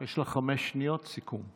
יש לך חמש שניות סיכום.